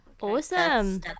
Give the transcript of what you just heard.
awesome